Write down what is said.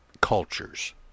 cultures